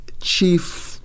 chief